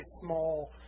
small